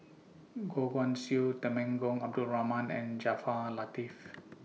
Goh Guan Siew Temenggong Abdul Rahman and Jaafar Latiff